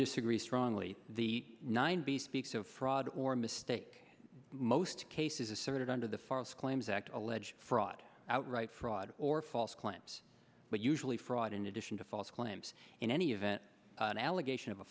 disagree strongly the ninety speaks of fraud or mistake most cases asserted under the farms claims act allege fraud outright fraud or false claims but usually fraud in addition to false claims in any event an allegation of a